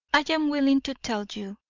i am willing to tell you,